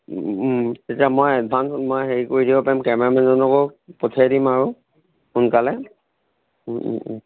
তেতিয়া মই এডভান্স মই হেৰি কৰি দিব পাৰিম কেমেৰামেন জনকো পঠিয়াই দিম আৰু সোনকালে